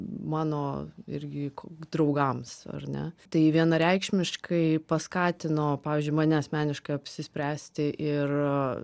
mano irgi draugams ar ne tai vienareikšmiškai paskatino pavyzdžiui mane asmeniškai apsispręsti ir